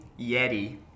Yeti